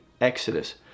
exodus